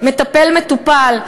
מטפל מטופל,